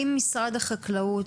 האם משרד החקלאות,